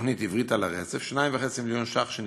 התוכנית "עברית על הרצף" 2.5 מיליון שקלים